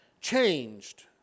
changed